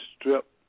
strip